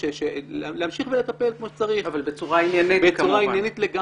להמשיך ולטפל כמו שצריך אבל בצורה עניינית לגמרי.